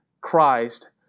Christ